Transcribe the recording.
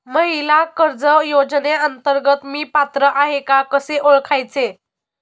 महिला कर्ज योजनेअंतर्गत मी पात्र आहे का कसे ओळखायचे?